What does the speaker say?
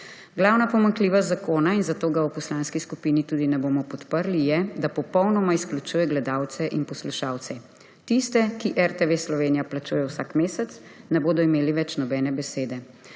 Glavna pomanjkljivost zakona, in zato ga v poslanski skupini tudi ne bomo podprli, je, da popolnoma izključuje gledalce in poslušalce. Tisti, ki RTV Slovenija plačujejo vsak mesec, ne bodo imeli več nobene besede.